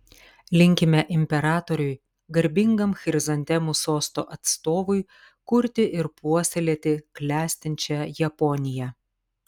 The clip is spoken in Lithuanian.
linkime imperatoriui garbingam chrizantemų sosto atstovui kurti ir puoselėti klestinčią japoniją